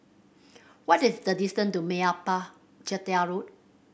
what is the distant to Meyappa Chettiar Road